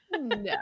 No